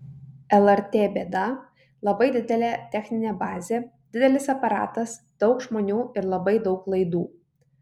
lrt bėda labai didelė techninė bazė didelis aparatas daug žmonių ir labai daug laidų